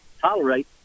tolerate